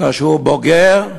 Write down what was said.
כשהוא בוגר,